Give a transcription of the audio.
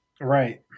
Right